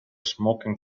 smoking